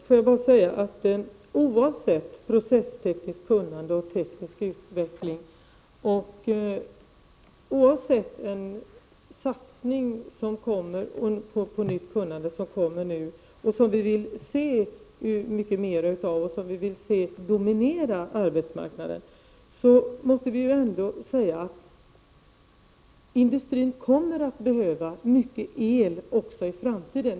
Herr talman! Oavsett processtekniskt kunnande, teknisk utveckling och den satsning på nytt kunnande som kommer nu — något som vi vill se mera av, som vi vill skall dominera — måste vi ändå säga att industrin kommer att behöva mycket el också i framtiden.